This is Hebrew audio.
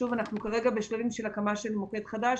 כרגע אנחנו בשלבים של הקמת מוקד חדש,